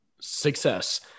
Success